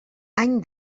any